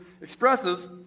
expresses